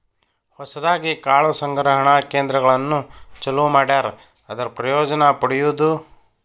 ಹೊಸದಾಗಿ ಕಾಳು ಸಂಗ್ರಹಣಾ ಕೇಂದ್ರಗಳನ್ನು ಚಲುವ ಮಾಡ್ಯಾರ ಅದರ ಪ್ರಯೋಜನಾ ಪಡಿಯುದು